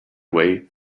way